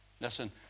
Listen